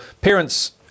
parents